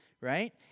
right